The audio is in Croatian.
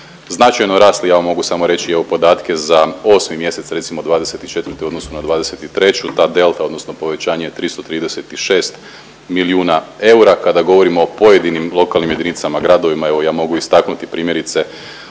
značajno rasli. Ja vam samo mogu reći, evo podatke za 8 mjesec recimo 2024. u odnosu na 2023. Ta delta, odnosno povećanje 336 milijuna eura kada govorimo po pojedinim lokalnim jedinicama, gradovima. Evo ja mogu istaknuti primjerice